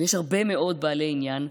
יש הרבה מאוד בעלי עניין.